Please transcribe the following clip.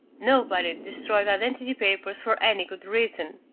nobody destroyed identity papers for any good reason.